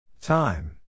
Time